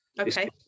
okay